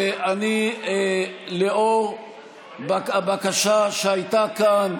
לאור הבקשה שהייתה כאן,